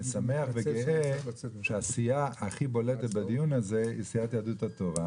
אני שמח וגאה שהסיעה הכי בולטת בדיון הזה היא סיעת יהדות התורה,